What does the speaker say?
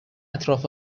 اطراف